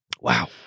Wow